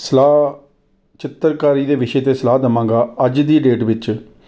ਸਲਾਹ ਚਿੱਤਰਕਾਰੀ ਦੇ ਵਿਸ਼ੇ 'ਤੇ ਸਲਾਹ ਦਵਾਂਗਾ ਅੱਜ ਦੀ ਡੇਟ ਵਿੱਚ